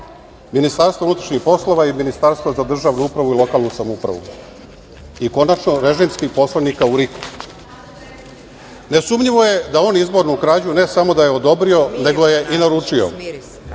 Ministarstva unutrašnjih poslova i Ministarstva za državnu upravu i lokalnu samoupravu i, konačno, režimskih poslanika u RIK-u. Nesumnjivo je da on izbornu krađu ne samo da je odobrio, nego je i naručio.